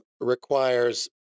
requires